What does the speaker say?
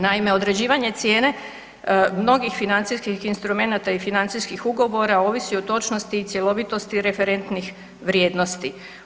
Naime, određivanje cijene mnogih financijskih instrumenata i financijskih ugovora ovisi o točnosti i cjelovitosti referentnih vrijednosti.